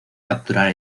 capturar